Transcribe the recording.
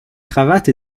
cravate